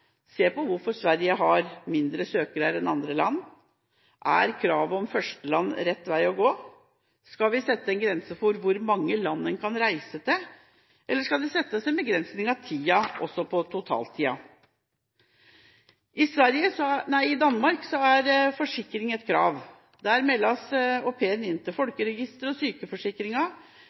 se på hvorfor Sverige har færre søkere enn andre land! Er kravet om førsteland rett vei å gå? Skal vi sette en grense for hvor mange land en kan reise til, eller skal det være en begrensning når det gjelder tida, også totaltida? I Danmark er forsikring et krav. Der meldes au pairen inn til folkeregisteret og